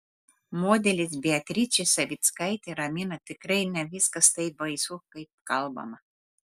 modelis beatričė savickaitė ramina tikrai ne viskas taip baisu kaip kalbama